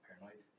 paranoid